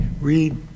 read